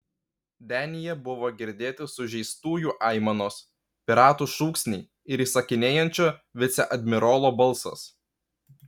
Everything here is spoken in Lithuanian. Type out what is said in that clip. denyje buvo girdėti sužeistųjų aimanos piratų šūksniai ir įsakinėjančio viceadmirolo balsas